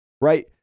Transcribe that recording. right